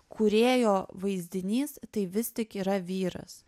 kūrėjo vaizdinys tai vis tik yra vyras